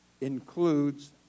includes